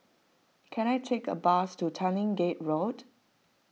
can I take a bus to Tanglin Gate Road